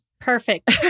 Perfect